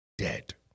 Dead